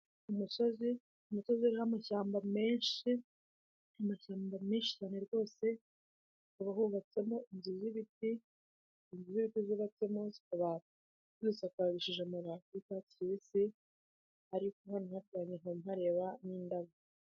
Umusozi; umusozi uriho amashyamba menshi, amashyamba menshi cyane rwose, akaba hubatsemo inzu z'ibiti, inzu z'ibiti zubatsemo zikaba bazisakarishije amabati y'icyatsi kibisi ariko noneho yange nkaba mareba n'indabo.